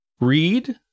Read